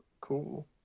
cool